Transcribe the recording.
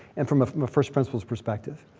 and from from a first principles perspective?